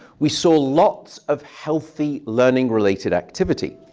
we saw lots of healthy learning-related activity.